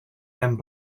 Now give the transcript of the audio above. and